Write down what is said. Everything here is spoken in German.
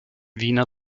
wiener